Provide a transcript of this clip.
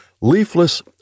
leafless